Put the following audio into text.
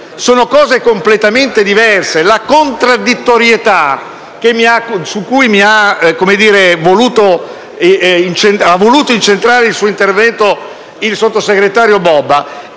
Sono cose completamente diverse. La contraddittorietà, su cui ha voluto incentrare il suo intervento il sottosegretario Bobba, è